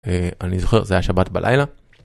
אני זוכר זה היה שבת בלילה.